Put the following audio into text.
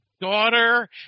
daughter